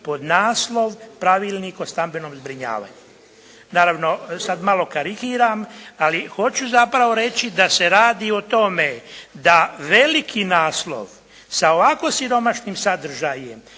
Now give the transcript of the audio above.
pod naslov pravilnik o stambenom zbrinjavanju. Naravno, sad malo karikiram, ali hoću zapravo reći da se radi o tome da veliki naslov sa ovako siromašnim sadržajem